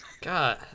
God